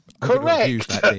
correct